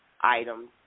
items